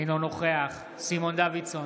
אינו נוכח סימון דוידסון,